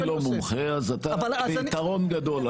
אני לא מומחה, אז אתה ביתרון גדול עליי.